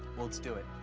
let's do it.